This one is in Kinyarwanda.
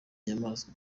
inyamaswa